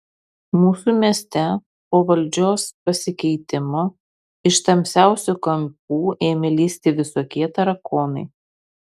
mūsų mieste po valdžios pasikeitimo iš tamsiausių kampų ėmė lįsti visokie tarakonai